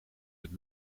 het